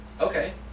Okay